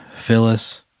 Phyllis